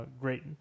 great